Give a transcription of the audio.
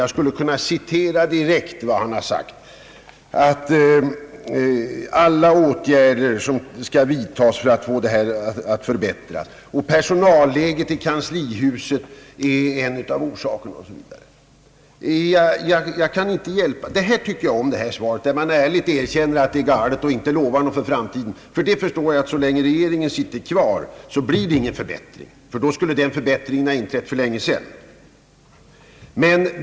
Jag kan direkt citera ett par uttalanden t.ex. att »alla åtgärder skall vidtas för att få förbättring till stånd», »personalläget i kanslihuset är en av orsakerna» OSV. Dagens svar tycker jag om, där man ärligt erkänner, att det här är galet, men inte lovar någonting för framtiden, Jag förstår nämligen, att så länge regeringen sitter kvar blir det ingen förbättring, ty annars skulle en sådan förbättring ha inträtt för länge sedan.